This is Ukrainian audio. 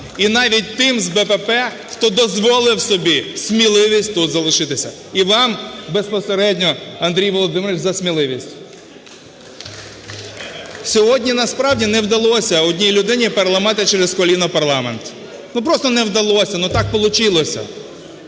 і навіть тим з БПП, хто дозволив собі сміливість тут залишитися. І вам, безпосередньо, Андрій Володимирович, за сміливість. Сьогодні насправді не вдалося одній людині переламати через коліно парламент. Ну просто не вдалося, ну так получилось.